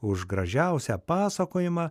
už gražiausią pasakojimą